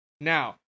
Now